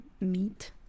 meat